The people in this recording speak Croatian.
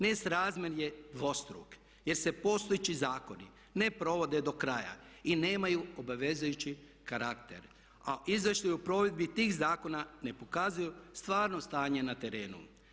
Nesrazmjer je dvostruk jer se postojeći zakoni ne provode do kraja i nemaju obvezujući karakter, a izvještaji o provedbi tih zakona ne pokazuju stvarno stanje na terenu.